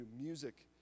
Music